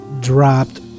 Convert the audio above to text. dropped